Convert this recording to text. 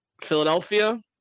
Philadelphia